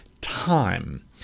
time